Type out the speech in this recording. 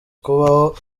kubaho